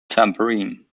tambourine